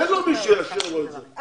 אין לו מי שיאשר לו את התואר.